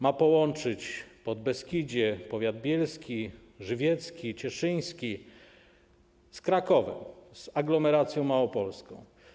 Ma połączyć Podbeskidzie, powiaty: bielski, żywiecki, cieszyński, z Krakowem, z aglomeracją małopolską.